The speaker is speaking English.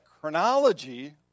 chronology